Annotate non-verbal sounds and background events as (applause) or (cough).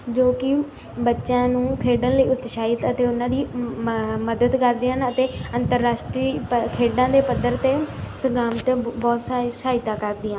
ਜੋ ਕਿ ਬੱਚਿਆਂ ਨੂੰ ਖੇਡਣ ਲਈ ਉਤਸ਼ਾਹਿਤ ਅਤੇ ਉਹਨਾਂ ਦੀ ਮਾ ਮਦਦ ਕਰਦੀਆਂ ਹਨ ਅਤੇ ਅੰਤਰ ਰਾਸ਼ਟਰੀ ਪ ਖੇਡਾਂ ਦੇ ਪੱਧਰ 'ਤੇ (unintelligible) ਬਹੁਤ ਸਾਰੀ ਸਹਾਇਤਾ ਕਰਦੀਆਂ